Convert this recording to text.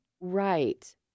Right